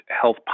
health